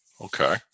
okay